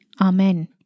Amen